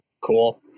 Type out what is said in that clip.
Cool